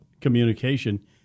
communication